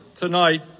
tonight